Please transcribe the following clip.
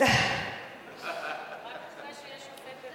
רק אחרי שיהיה שופט העליון,